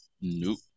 Nope